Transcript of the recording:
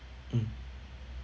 um